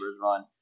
run